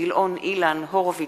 אילן גילאון וניצן הורוביץ,